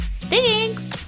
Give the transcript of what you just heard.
Thanks